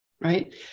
right